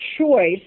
choice